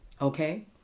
Okay